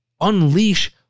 unleash